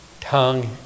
tongue